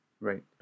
right